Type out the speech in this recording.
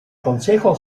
consejo